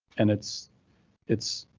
and it's it's.